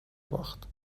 باخت